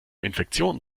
infektionen